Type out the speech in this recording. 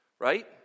right